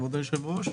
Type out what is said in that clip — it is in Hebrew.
כבוד היושב-ראש.